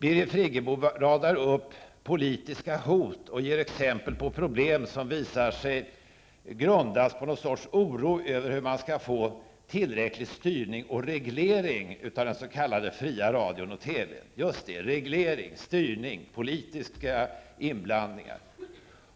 Birgit Friggebo radade upp politiska hot och gav exempel på problem som visar sig grundas på någon sorts oro över hur man skall kunna få tillräcklig styrning och reglering av den s.k. fria radion och TV-n. Det är fråga om reglering, styrning och politiska inblandningar.